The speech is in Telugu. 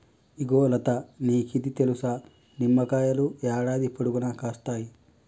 ఇగో లతా నీకిది తెలుసా, నిమ్మకాయలు యాడాది పొడుగునా కాస్తాయి